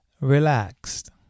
relaxed